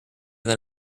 than